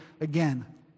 again